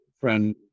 friend